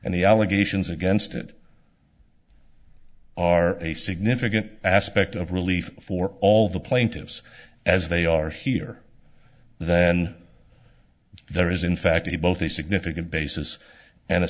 and the allegations against it are a significant aspect of relief for all the plaintiffs as they are here then there is in fact to both a significant basis a